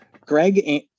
Greg